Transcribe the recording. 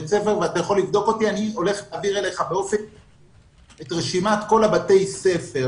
בית ספר אני הולך להעביר אליך את רשימת כל בתי הספר